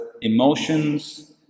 emotions